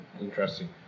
interesting